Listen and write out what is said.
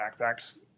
backpacks